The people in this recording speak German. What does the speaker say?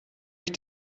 ich